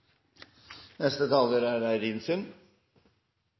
Neste taler er